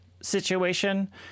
situation